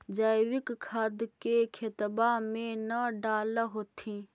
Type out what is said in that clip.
जैवीक खाद के खेतबा मे न डाल होथिं?